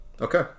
Okay